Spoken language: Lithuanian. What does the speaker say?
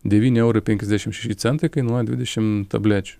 devyni eurai penkiasdešimt šeši centai kainuoja dvidešimt tablečių